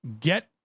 get